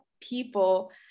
people